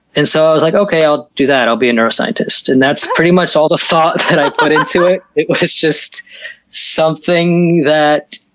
and so i was like, okay, i'll do that. i'll be a neuroscientist! and that's pretty much all the thought that i put into it. it was just something that,